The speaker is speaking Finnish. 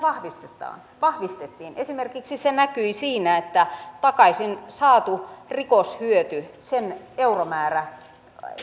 vahvistettiin se näkyi esimerkiksi siinä että takaisin saatu rikoshyöty sen euromäärä